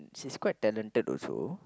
she's quite talented also